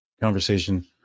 conversation